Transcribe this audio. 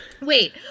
Wait